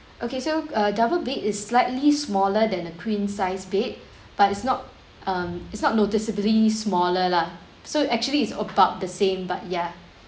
okay so uh double bed is slightly smaller than a queen size bed but it's not um it's not noticeably smaller lah so actually is about the same but ya